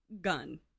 gun